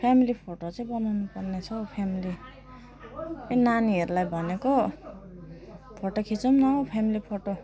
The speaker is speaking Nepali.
फ्यामिली फोटो चाहिँ बनाउनु पर्ने छ फ्यामिली त्यो नानीहरूलाई भनेको फोटो खिचौँ न फ्यामिली फोटो